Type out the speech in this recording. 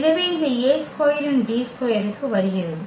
எனவே இந்த A2 ஏன் D2 க்கு வருகிறது